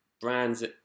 brands